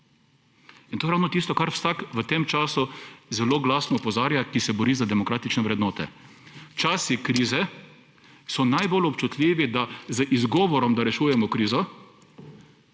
in to ravno tisto, kar vsak v tem času zelo glasno opozarja, ki se bori za demokratične vrednote. Časi krize so najbolj občutljivi, da z izgovorom, da rešujemo krizo,